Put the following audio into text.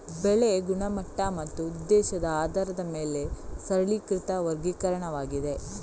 ಬೆಳೆ ಗುಣಮಟ್ಟ ಮತ್ತು ಉದ್ದೇಶದ ಆಧಾರದ ಮೇಲೆ ಸರಳೀಕೃತ ವರ್ಗೀಕರಣವಾಗಿದೆ